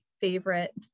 favorite